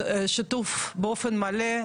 שיתוף באופן מלא,